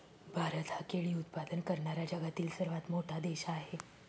भारत हा केळी उत्पादन करणारा जगातील सर्वात मोठा देश आहे